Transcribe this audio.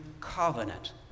covenant